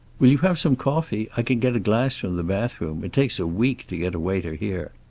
will you have some coffee? i can get a glass from the bathroom. it takes a week to get a waiter here.